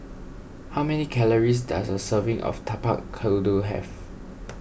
how many calories does a serving of Tapak Kuda have